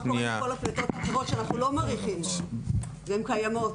מה קורה עם כל הפלטות האחרות שאנחנו לא מרגישים והן קיימות?